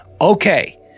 okay